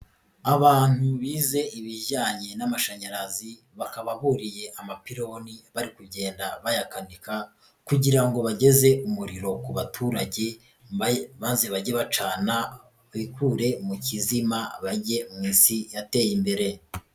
Abantu bize ibijyanye n'amashanyarazi bakaba buriye amapiloni bari kugenda bayakanika kugira ngo bageze umuriro ku baturage maze bajye bacana bikure mu kizima bajye mu isi yateye imbere.